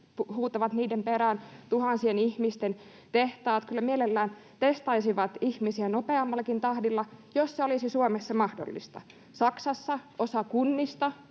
huutavat niiden perään. Tuhansien ihmisten tehtaat kyllä mielellään testaisivat ihmisiä nopeammallakin tahdilla, jos se olisi Suomessa mahdollista. Saksassa osassa kunnista